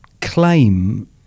claim